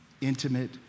intimate